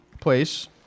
place